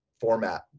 format